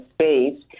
space